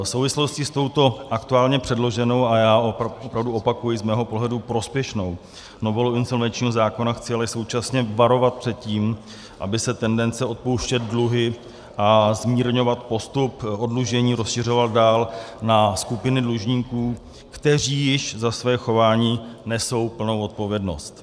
V souvislosti s touto aktuálně předloženou a já opravdu opakuji, z mého pohledu prospěšnou novelou insolvenčního zákona chci ale současně varovat před tím, aby se tendence odpouštět dluhy a zmírňovat postup oddlužení rozšiřovala dál na skupiny dlužníků, kteří již za své chování nesou plnou odpovědnost.